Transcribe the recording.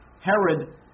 Herod